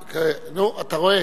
נו, אתה רואה?